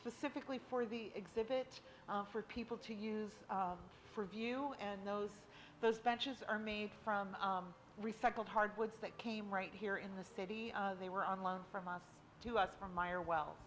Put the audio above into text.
specifically for the exhibit for people to use for view and those those benches are made from recycled hardwoods that came right here in the city they were on loan from us to us from myer well